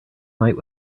night